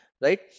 right